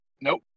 Nope